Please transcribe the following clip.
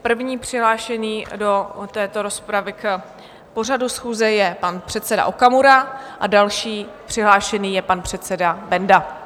První přihlášený do této rozpravy k pořadu schůze je pan předseda Okamura, další přihlášený je pan předseda Benda.